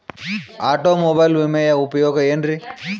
Automobile ವಿಮೆಯ ಉಪಯೋಗ ಏನ್ರೀ?